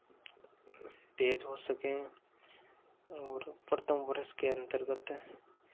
तेज हो सके और प्रथम वर्ष के अन्तर्गत